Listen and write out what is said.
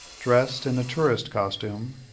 dressed in a tourist costume,